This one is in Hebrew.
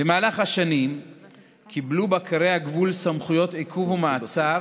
במהלך השנים קיבלו בקרי הגבול סמכויות עיכוב ומעצר